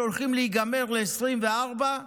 שהולכים להיגמר בשנת 2024,